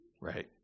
right